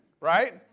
right